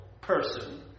person